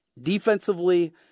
Defensively